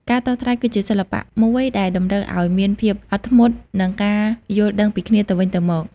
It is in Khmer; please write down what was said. ការតថ្លៃគឺជាសិល្បៈមួយដែលតម្រូវឲ្យមានភាពអត់ធ្មត់ និងការយល់ដឹងពីគ្នាទៅវិញទៅមក។